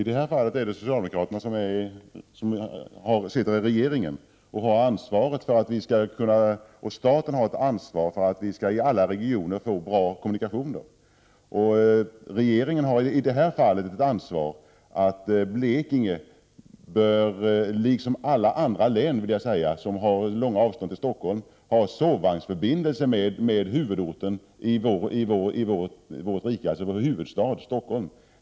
Herr talman! Det är socialdemokraterna som sitter i regeringen, och staten har ett ansvar för att vi i alla regioner skall få bra kommunikationer. Regeringen har i det här fallet ett ansvar för att Blekinge, liksom alla andra län som har långa avstånd till Stockholm, har sovvagnsförbindelse med vår huvudstad — Stockholm.